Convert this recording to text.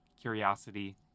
curiosity